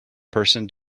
person